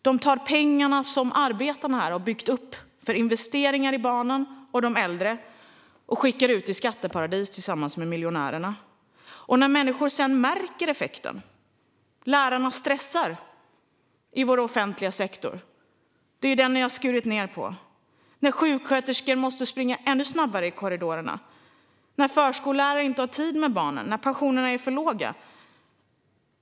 De tar de pengar som arbetarna har byggt upp för investeringar i barnen och de äldre och skickar ut dem i skatteparadis tillsammans med miljonärerna. Vad händer sedan, när människorna märker effekten? Vad händer när lärarna stressar i vår offentliga sektor, som ju är den man har skurit ned på? Vad händer när sjuksköterskorna måste springa ännu snabbare i korridorerna, när förskolelärarna inte har tid med barnen och när pensionerna är för låga?